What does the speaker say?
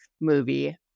movie